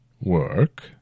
Work